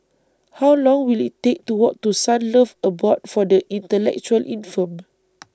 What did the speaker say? How Long Will IT Take to Walk to Sunlove Abode For The Intellectually Infirmed